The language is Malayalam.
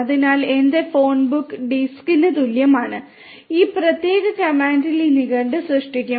അതിനാൽ എന്റെ ഫോൺബുക്ക് ഡിക്റ്റിന് തുല്യമാണ് ഈ പ്രത്യേക കമാൻഡ് ഈ നിഘണ്ടു സൃഷ്ടിക്കും